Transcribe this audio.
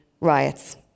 riots